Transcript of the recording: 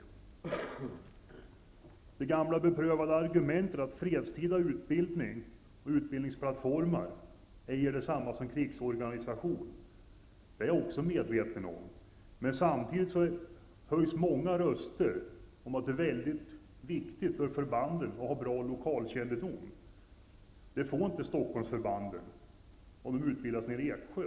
Också jag är medveten om det gamla beprövade argumentet att fredstida utbildning på utbildningsplattformar ej är detsamma som krigsorganisation. Samtidigt höjs många röster om att det är väldigt viktigt för förbanden att ha god lokalkännedom, vilket inte Stockholmsförbanden får om de utbildas i Eksjö.